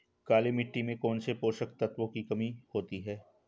काली मिट्टी में कौनसे पोषक तत्वों की कमी होती है?